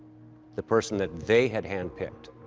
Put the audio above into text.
the person that they had handpicked,